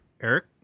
Eric